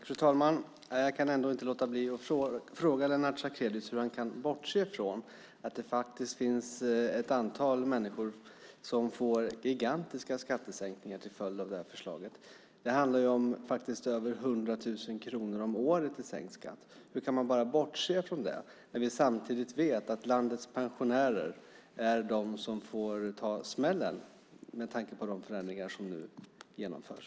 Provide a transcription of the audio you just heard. Fru talman! Jag kan inte låta blir att fråga Lennart Sacrédeus hur han kan bortse från att det faktiskt finns ett antal människor som får gigantiska skattesänkningar till följd av det här förslaget. Det handlar faktiskt om över 100 000 kronor om året i sänkt skatt. Hur kan man bara bortse från det när vi samtidigt vet att landets pensionärer är de som får ta smällen med tanke på de förändringar som nu genomförs?